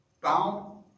bound